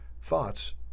thoughts